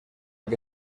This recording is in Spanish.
que